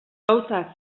gauza